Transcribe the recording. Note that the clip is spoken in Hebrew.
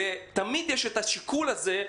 תמיד יש את השיקול הזה,